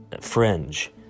Fringe